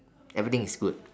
everything is good